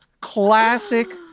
classic